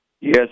Yes